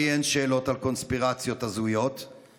לי אין שאלות על קונספירציות הזויות,